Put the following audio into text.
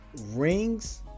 rings